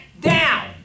down